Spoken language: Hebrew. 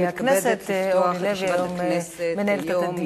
אני מתכבדת לפתוח את ישיבת הכנסת היום,